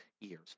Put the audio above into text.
years